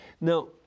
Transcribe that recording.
Now